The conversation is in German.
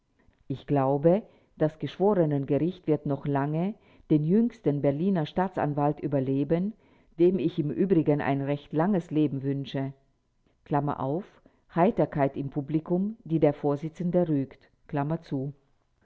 ich glaube das geschworenengericht wird noch lange den jüngsten berliner staatsanwalt überleben dem ich im übrigen ein recht langes leben